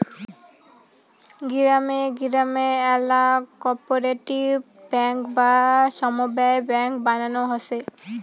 গিরামে গিরামে আল্যা কোপরেটিভ বেঙ্ক বা সমব্যায় বেঙ্ক বানানো হসে